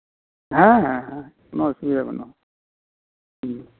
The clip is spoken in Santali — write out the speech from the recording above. ᱦᱮᱸ ᱦᱮᱸ ᱦᱮᱸ ᱠᱳᱱᱳ ᱚᱥᱩᱵᱤᱫᱷᱟ ᱵᱟᱹᱱᱩᱜᱼᱟ